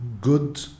good